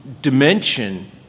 dimension